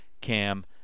Cam